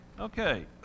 Okay